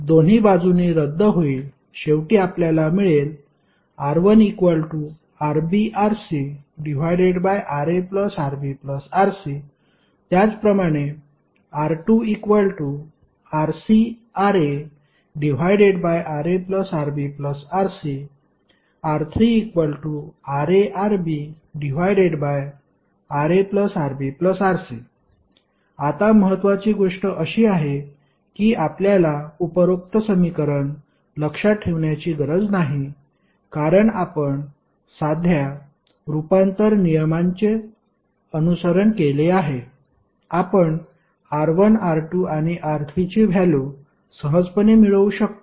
शेवटी आपल्याला मिळेल R1RbRcRaRbRc त्याचप्रमाणे R2RcRaRaRbRc R3RaRbRaRbRc आता महत्वाची गोष्ट अशी आहे की आपल्याला उपरोक्त समीकरण लक्षात ठेवण्याची गरज नाही कारण आपण साध्या रूपांतर नियमांचे अनुसरण केले आहे आपण R1 R2 आणि R3 ची व्हॅल्यु सहजपणे मिळवू शकतो